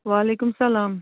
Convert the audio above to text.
وعلیکُم سلام